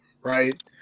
right